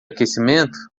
aquecimento